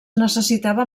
necessitava